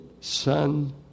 son